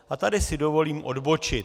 A tady si dovolím odbočit.